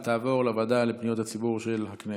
ותעבור לוועדה לפניות הציבור של הכנסת.